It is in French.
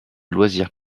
loisirs